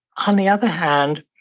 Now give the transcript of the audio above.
on the other hand,